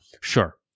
Sure